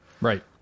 Right